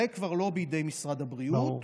זה כבר לא בידי משרד הבריאות.